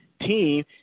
team